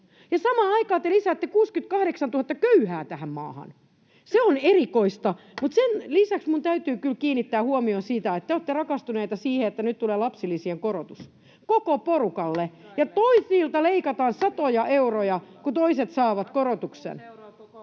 samaan aikaan te lisäätte 68 000 köyhää tähän maahan. Se on erikoista. Mutta sen lisäksi minun täytyy kyllä kiinnittää huomio siihen, että te olette rakastuneita siihen, että nyt tulee lapsilisien korotus, koko porukalle. Toisilta leikataan satoja euroja, kun toiset saavat korotuksen.